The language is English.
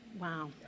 wow